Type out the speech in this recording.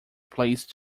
placed